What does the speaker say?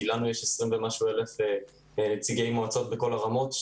כי יש לנו 20,000 ומשהו נציגי מועצות בכל הרמות,